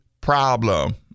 problem